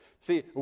See